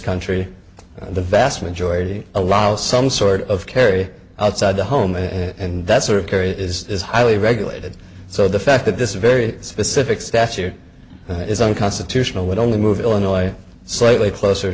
country the vast majority allow some sort of carry outside the home and that sort of care is highly regulated so the fact that this very specific statute is unconstitutional would only move illinois so lately closer